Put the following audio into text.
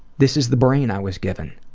this is the brain i was given.